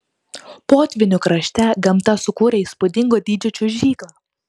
potvynių krašte gamta sukūrė įspūdingo dydžio čiuožyklą